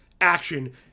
action